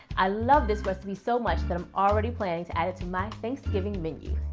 i love this recipe so much that i'm already planning to add it to my thanksgiving menu.